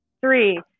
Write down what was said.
three